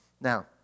Now